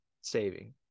saving